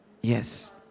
Yes